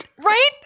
Right